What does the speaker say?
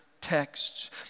texts